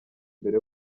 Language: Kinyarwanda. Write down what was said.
mbere